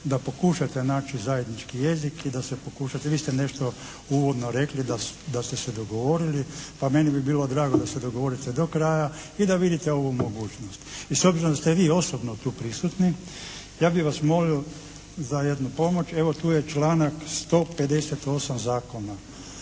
da pokušate naći zajednički jezik i da se pokušate. Vi ste nešto uvodno rekli da ste se dogovorili pa meni bi bilo drago da se dogovorite do kraja i da vidite ovu mogućnost. I s obzirom da ste vi osobno tu prisutni ja bih vas molio za jednu pomoć. Evo tu je članak 158. zakona.